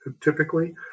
typically